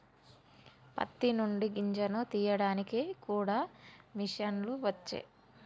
పత్తి నుండి గింజను తీయడానికి కూడా మిషన్లు వచ్చే